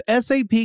SAP